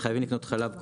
הם חייבים לקנות חלב.